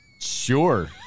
Sure